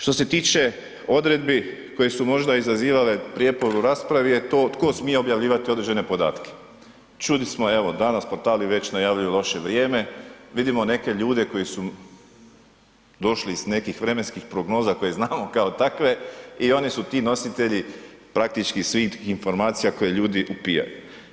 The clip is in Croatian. Što se tiče odredbi koje su možda izazivale prijepor u raspravi je to tko smije objavljivati određene podatke, čuli smo evo danas portali već najavljuju loše vrijeme vidimo neka ljude koji su došli iz nekih vremenskih prognoza koje znamo kao takve i oni su ti nositelji praktički svih informacija koje ljudi upijaju.